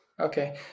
Okay